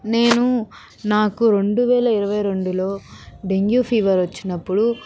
నేను నాకు రెండు వేల ఇరవై రెండులో డెంగ్యూ ఫీవర్ వచ్చినప్పుడు